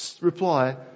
reply